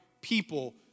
people